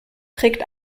trägt